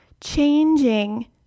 changing